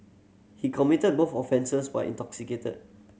he committed both offences while intoxicated